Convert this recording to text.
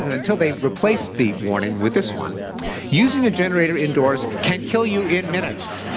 and until they replaced the warning with this one using a generator indoors can kill you in minutes.